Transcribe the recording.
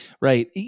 Right